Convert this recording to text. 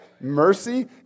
mercy